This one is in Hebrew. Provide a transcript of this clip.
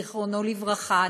זיכרונו לברכה,